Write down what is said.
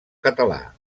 català